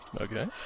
Okay